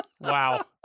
Wow